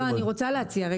אני רוצה להציע פתרון.